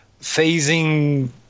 phasing